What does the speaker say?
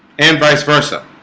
and vice versa